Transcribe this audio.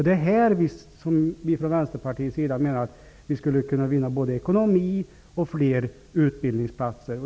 Det är här som vi i Vänsterpartiet menar att man skulle kunna vinna ekonomiskt och samtidigt få fler utbildningsplatser.